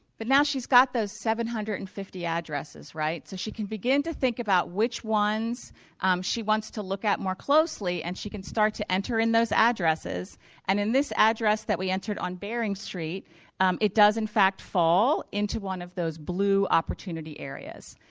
but now she's got those seven hundred and fifty addresses, right? so she can begin to think about which ones she wants to look at more closely and she can start to enter in those addresses and in this address that we entered on bearing street it does, in fact, fall into one of those blue opportunity areas.